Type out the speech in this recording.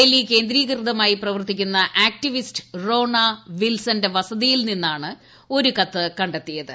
ഡൽഹി കേന്ദ്രീകൃതമായി പ്രവർത്തിക്കുന്ന ആക്ടിവിസ്റ്റ് റോണാ വിൽസന്റെ വസതിയിൽ നിന്നാണ് ഒരു കത്ത് കണ്ടെത്തിയത്